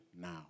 now